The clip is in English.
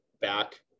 back